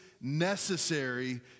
necessary